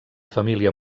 família